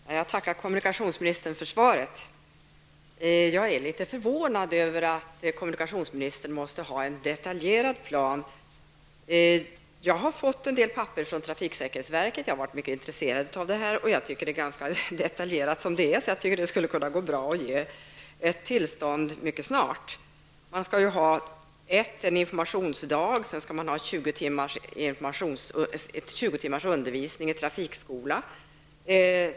Herr talman! Jag tackar kommunikationsministern för svaret. Jag är litet förvånad över att kommunikationsministern måste ha en ''detaljerad plan''. Jag har intresserat mig mycket för denna fråga, och jag har fått en del papper från trafiksäkerhetsverket, som visar att planerna redan är ganska detaljerade. Jag tycker därför att det borde vara möjligt att ge ett tillstånd mycket snart. Det skall börja med en informationsdag, och sedan följer 20 timmars undervisning i trafikskola.